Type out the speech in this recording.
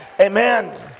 Amen